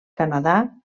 canadà